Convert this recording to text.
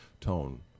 tone